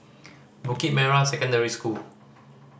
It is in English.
Bukit Merah Secondary School